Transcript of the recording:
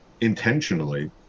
intentionally